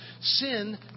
Sin